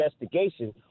investigation